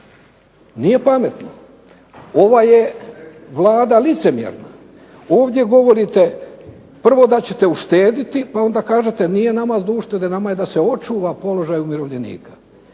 Nije pametno. Ova je Vlada licemjerna, ovdje govorite prvo da ćete uštediti, pa onda kažete nije nama do uštede, nama je da se očuva položaj umirovljenika.